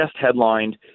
headlined